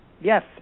Yes